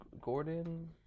gordon